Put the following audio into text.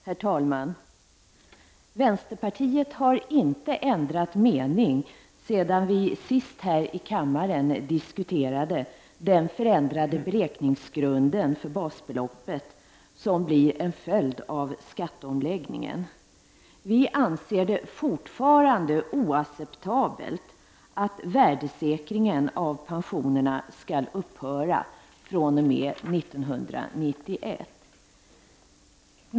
Herr talman! Vänsterpartiet har inte ändrat mening sedan vi här i kammaren senast diskuterade den förändrade beräkningsgrund för basbeloppet som blir en följd av skatteomläggningen. Vi anser det fortfarande oacceptabelt att värdesäkringen av pensionerna skall upphöra från och med år 1991.